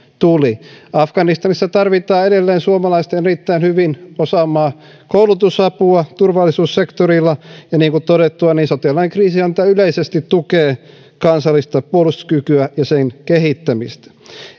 tuli afganistanissa tarvitaan edelleen suomalaisten erittäin hyvin osaamaa koulutusapua turvallisuussektorilla ja niin kuin todettua sotilaallinen kriisinhallinta yleisesti tukee kansallista puolustuskykyä ja sen kehittämistä